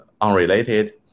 unrelated